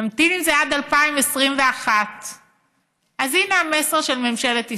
נמתין עם זה עד 2021. אז הינה המסר של ממשלת ישראל: